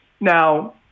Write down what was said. Now